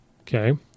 Okay